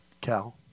Cal